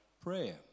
Prayer